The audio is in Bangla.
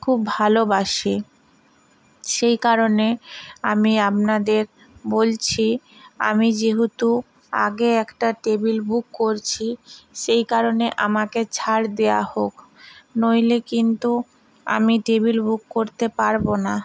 খুব ভালোবাসি সেই কারণে আমি আপনাদের বলছি আমি যেহুতু আগে একটা টেবিল বুক করছি সেই কারণে আমাকে ছাড় দেয়া হোক নইলে কিন্তু আমি টেবিল বুক করতে পারবো না